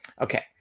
Okay